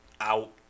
out